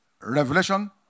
Revelation